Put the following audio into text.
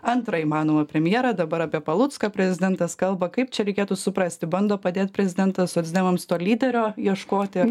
antrą įmanomą premjerą dabar apie palucką prezidentas kalba kaip čia reikėtų suprasti bando padėt prezidentas socdemams to lyderio ieškoti